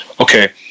Okay